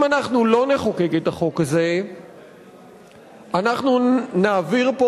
אם אנחנו לא נחוקק את החוק הזה אנחנו נעביר פה